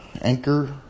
anchor